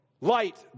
Light